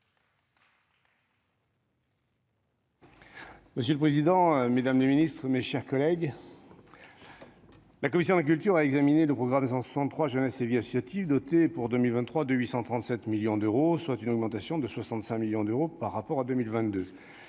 madame la ministre, mesdames les secrétaires d'État, mes chers collègues, la commission de la culture a examiné le programme 163, « Jeunesse et vie associative », doté pour 2023 de 837 millions d'euros, soit une augmentation de 65 millions d'euros par rapport à 2022.